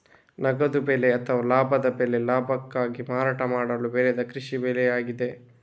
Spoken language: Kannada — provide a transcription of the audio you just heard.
ನಗದು ಬೆಳೆ ಅಥವಾ ಲಾಭದ ಬೆಳೆ ಲಾಭಕ್ಕಾಗಿ ಮಾರಾಟ ಮಾಡಲು ಬೆಳೆದ ಕೃಷಿ ಬೆಳೆಯಾಗಿದೆ